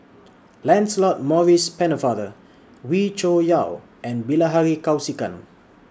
Lancelot Maurice Pennefather Wee Cho Yaw and Bilahari Kausikan